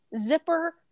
zipper